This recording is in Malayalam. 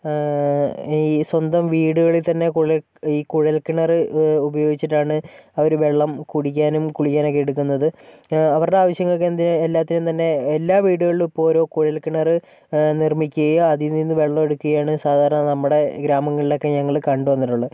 ഈ സ്വന്തം വീടുകളിൽ തന്നെ കുഴൽ ഈ കുഴൽക്കിണർ ഉപയോഗിച്ചിട്ടാണ് അവര് വെള്ളം കുടിക്കാനും കുളിക്കാനൊക്കെ എടുക്കുന്നത് അവരുടെ ആവശ്യങ്ങൾക്ക് എന്തിനാ എല്ലാത്തിനും തന്നെ എല്ലാ വീടുകളിലും ഇപ്പോൾ ഓരോ കുഴൽക്കിണറ് നിർമ്മിക്കുകയും അതിൽ നിന്നും വെള്ളം എടുക്കുകയാണ് സാധാരണ നമ്മുടെ ഗ്രാമങ്ങളിലൊക്കെ ഞങ്ങള് കണ്ട് വന്നിട്ടുള്ളത്